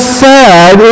sad